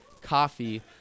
coffee